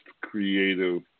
creative